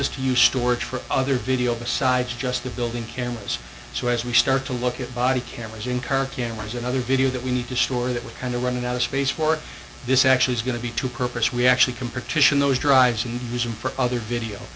us to use storage for other video besides just the building cameras so as we start to look at body cameras in current cameras and other video that we need to store that we're kind of running out of space for it this actually is going to be two purpose we actually can partition those drives and use him for other video